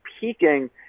peaking